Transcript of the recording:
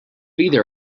either